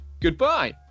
Goodbye